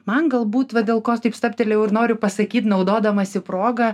man galbūt va dėl ko taip stabtelėjau ir noriu pasakyt naudodamasi proga